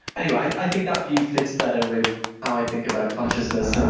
anyway, i think that view fits better with how i think about consciousness.